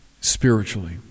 spiritually